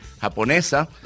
japonesa